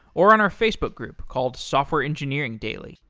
or on our facebook group, called software engineering daily.